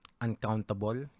uncountable